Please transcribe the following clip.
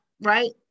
right